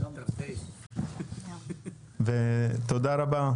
תודה רבה.